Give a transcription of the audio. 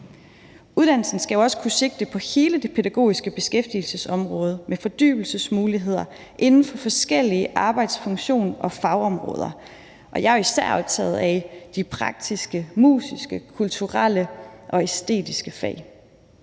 Uddannelsen skal jo også kunne sigte mod hele det pædagogiske beskæftigelsesområde med fordybelsesmuligheder inden for forskellige arbejdsfunktioner og fagområder. Jeg er især optaget af de praktiske, musiske, kulturelle og æstetiske fag.